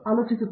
professor